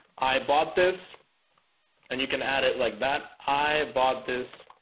i bought this and you can add it like that. i bought this